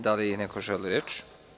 Da li neko želi reč?